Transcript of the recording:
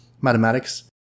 mathematics